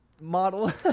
model